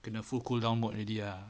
kena full cool down mode already ah